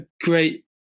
great